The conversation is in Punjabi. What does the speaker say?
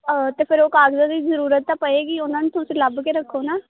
ਤਾਂ ਫਿਰ ਉਹ ਕਾਗਜ਼ਾਂ ਦੀ ਜ਼ਰੂਰਤ ਤਾਂ ਪਏਗੀ ਉਹਨਾਂ ਨੂੰ ਤੁਸੀਂ ਲੱਭ ਕੇ ਰੱਖੋ ਨਾ